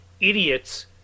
idiots